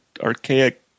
archaic